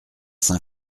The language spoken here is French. saint